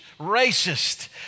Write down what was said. racist